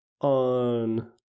on